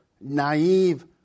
naive